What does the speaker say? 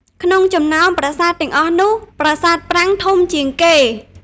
ក្នុងចំណោមប្រាសាទទាំងអស់នោះ ប្រាសាទប្រាង្គធំជាងគេ ។